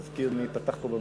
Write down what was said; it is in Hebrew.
אתה תזכיר מי פתח פה במלחמה?